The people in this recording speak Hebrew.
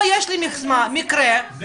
פה יש לי מקרה --- אני לא סותר את עצמי.